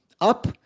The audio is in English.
up